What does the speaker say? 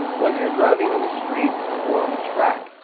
whether you're driving on the street or on the track.